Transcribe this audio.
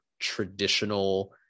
traditional